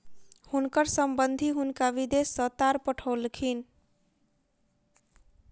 हुनकर संबंधि हुनका विदेश सॅ तार पठौलखिन